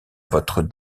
votre